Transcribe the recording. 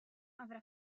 avrà